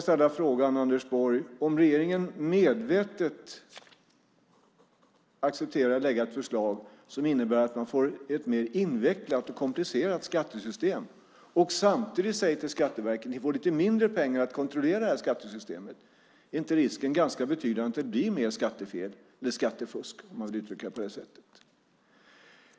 Om regeringen medvetet accepterar att lägga fram ett förslag som innebär att man får ett mer invecklat och komplicerat skattesystem och samtidigt säger till Skatteverket att de får lite mindre pengar att kontrollera skattesystemet med, är då inte risken ganska betydande att det blir mer skattefel eller skattefusk?